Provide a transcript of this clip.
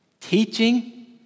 teaching